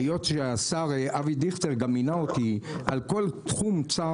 היות שהשר אבי דיכטר גם מינה אותי על כל תחום צער